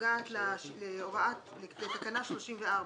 שנוגעת לתקנה מספר 34,